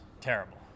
terrible